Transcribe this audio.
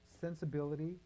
sensibility